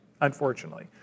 unfortunately